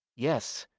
yes